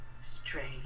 Strange